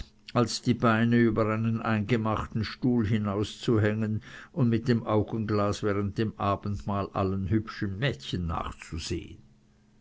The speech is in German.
als die beine über einen eingemachten stuhl hinauszuhängen und mit dem augenglas während dem abendmahl allen hübschen mädchen nachzusehen